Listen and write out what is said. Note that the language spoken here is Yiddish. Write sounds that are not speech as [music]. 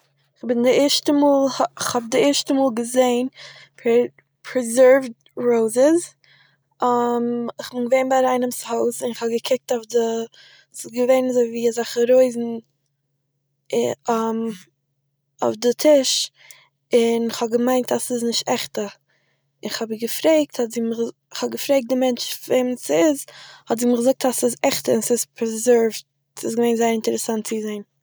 כ'בין די ערשטע מאל, כ'האב די ערשטע מאל געזעהן פערז- פערזערווד ראוזעס, [hesitation] כ'בין געווען ביי איינעם'ס הויז און כ'האב געקוקט אויף די- ס'איז געווען אזויווי אזעלכע רויזן [hesitation] אויף די טיש, און איך האב געמיינט אז עס איז נישט עכטע, איך האב איר געפרעגט האט זי מיר גע- כ'האב געפרעגט דעם מענטש וועמענ'ס דאס איז האט זי מיר געזאגט אז ס'איז עכטע און ס'איז פערזערווד. ס'איז געווען זייער אינטערעסאנט צו זעהן